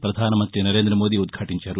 ప్రపధానమంగ్రి నరేందమోదీ ఉద్యాటించారు